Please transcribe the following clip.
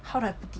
how do I put it